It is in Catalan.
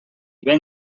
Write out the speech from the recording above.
ben